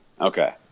Okay